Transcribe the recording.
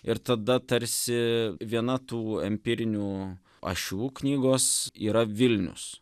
ir tada tarsi viena tų empirinių ašių knygos yra vilnius